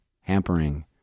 hampering